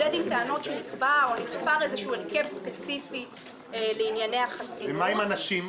חשבנו, ויש עתירה בעניין הזה,